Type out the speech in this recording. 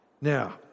Now